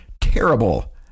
terrible